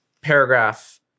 paragraph